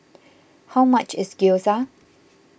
how much is Gyoza